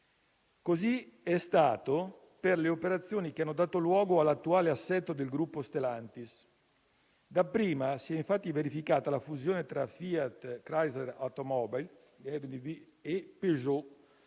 Così è stato per le operazioni che hanno dato luogo all'attuale assetto del gruppo Stellantis. Dapprima si è infatti verificata la fusione tra FIAT Chrysler Automobiles e Peugeot.